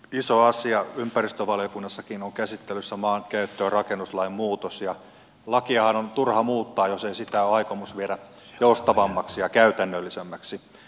iso asia ympäristövaliokunnassakin on käsittelyssä maankäyttö ja rakennuslain muutos ja lakiahan on turha muuttaa jos ei sitä ole aikomus viedä joustavammaksi ja käytännöllisemmäksi